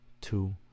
two